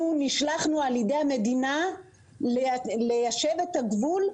אנחנו נשלחנו על ידי המדינה ליישב את הגבול,